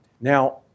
Now